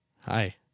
Hi